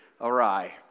awry